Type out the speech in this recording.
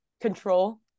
control